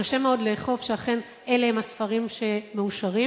שקשה מאוד לאכוף, שאכן אלה הם הספרים שמאושרים.